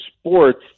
sports